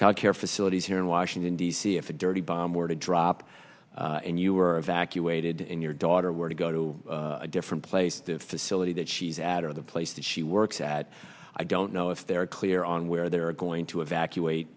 childcare facilities here in washington d c if a dirty bomb were to drop and you were evacuated in your daughter were to go to a different place the facility that she's at or the place that she works at i don't know if they're clear on where they're going to evacuate